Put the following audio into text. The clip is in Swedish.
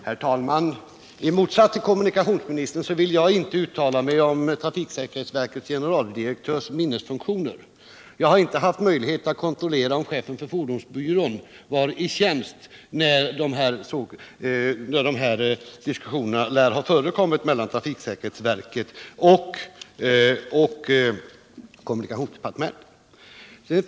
Herr talman! I motsats till kommunikationsministern vill jag inte uttala mig om trafiksäkerhetsverkets generaldirektörs minnesfunktioner, och jag har inte heller haft möjlighet att kontrollera om chefen för fordonsbyrån var i tjänst när de ifrågavarande diskussionerna lär ha förekommit med trafiksäkerhetsverket och kommunikationsdepartementet.